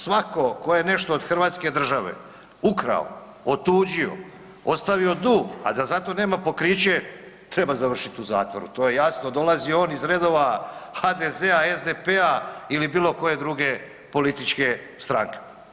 Svako tko je nešto od hrvatske države ukrao, otuđio, ostavio dug, a da za to nema pokriće treba završiti u zatvoru, to je jasno, dolazi on iz redova HDZ-a, SDP-a ili bilo koje druge političke stranke.